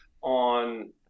on